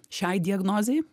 šiai diagnozei